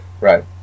Right